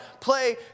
play